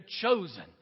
chosen